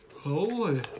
Holy